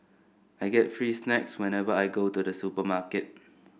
I get free snacks whenever I go to the supermarket